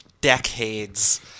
decades